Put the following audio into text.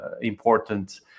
important